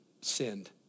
sinned